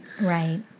Right